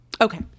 Okay